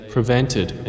Prevented